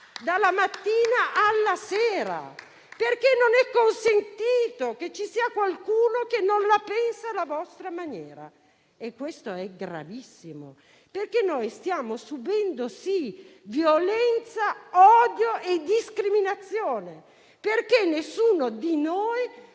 dalla mattina alla sera. Non è consentito che qualcuno non la pensi alla vostra maniera e questo è gravissimo. Noi stiamo subendo, sì, violenza, odio e discriminazione, perché nessuno di noi